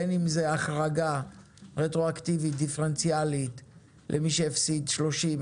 בין אם זה החרגה רטרואקטיבית-דיפרנציאלית למי שהפסיד 30%,